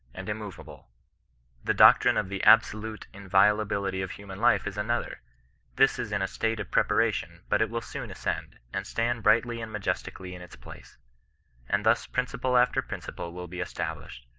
and immove able the doctrine of the absolute inviolability of human life is another this is in a state of preparation, but it will soon ascend, and stand bristly and majestically in its place and thus principle after principle will be esta blished,